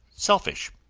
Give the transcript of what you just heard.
selfish,